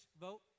vote